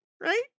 Right